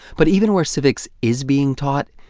but even where civics is being taught,